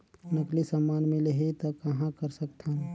नकली समान मिलही त कहां कर सकथन?